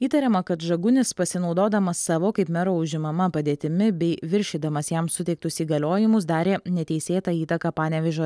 įtariama kad žagunis pasinaudodamas savo kaip mero užimama padėtimi bei viršydamas jam suteiktus įgaliojimus darė neteisėtą įtaką panevėžio